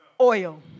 oil